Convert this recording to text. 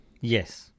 Yes